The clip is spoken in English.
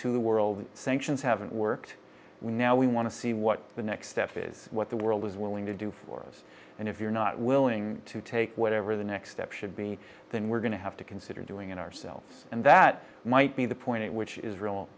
to the world the sanctions haven't worked we now we want to see what the next step is what the world is willing to do for us and if you're not willing to take whatever the next step should be then we're going to have to consider doing it ourselves and that might be the point at which israel